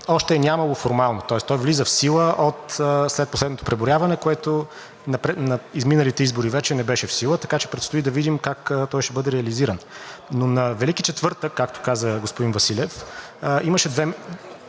още е нямало формално, тоест той влиза в сила след последното преброяване, което на изминалите избори вече не беше в сила, така че предстои да видим как той ще бъде реализиран. Но на Велики четвъртък, както каза господин Василев, имаше две